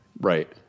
Right